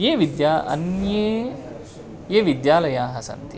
ये विद्या अन्ये ये विद्यालयाः सन्ति